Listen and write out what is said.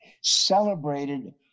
celebrated